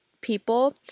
people